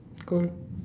cool